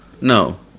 no